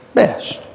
best